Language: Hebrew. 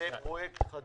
"זה פרויקט חדש".